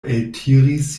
eltiris